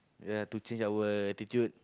ya to change our attitude